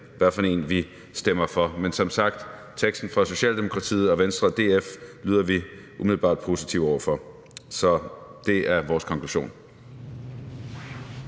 hvad for en vi stemmer for. Men som sagt: Teksten fra Socialdemokratiet og teksten fra Venstre og DF er vi umiddelbart positive over for. Så det er vores konklusion.